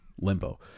limbo